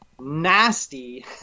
nasty